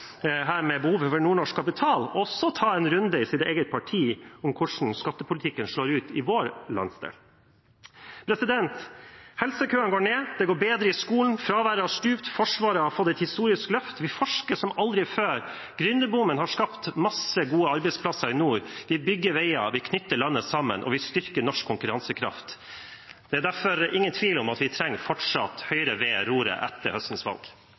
her med behovet for nordnorsk kapital, også ta en runde i sitt eget parti om hvordan skattepolitikken slår ut i vår landsdel. Helsekøene går ned, det går bedre i skolen, fraværet har stupt, Forsvaret har fått et historisk løft, vi forsker som aldri før, gründerboomen har skapt masse gode arbeidsplasser i nord, vi bygger veier, vi knytter landet sammen, og vi styrker norsk konkurransekraft. Det er derfor ingen tvil om at vi trenger fortsatt Høyre ved roret etter høstens valg.